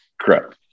Correct